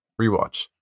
rewatch